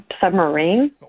submarine